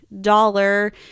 dollar